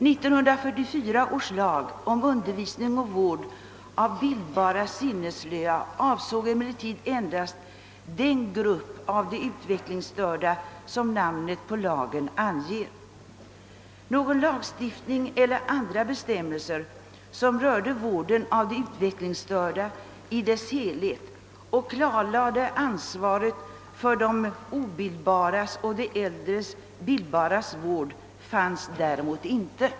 1944 års lag om undervisning och vård av bildbara sinnesslöa avsåg emellertid endast den grupp av de utvecklingsstörda som namnet på lagen anger. Någon lagstiftning eller andra bestämmelser rörande vården av alla utvecklingsstörda, som klarlade ansvaret för de obildbaras och de äldre bildbaras vård, fanns däremot inte.